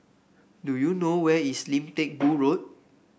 do you know where is Lim Teck Boo Road